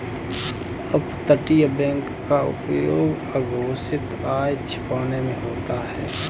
अपतटीय बैंक का उपयोग अघोषित आय छिपाने में होता है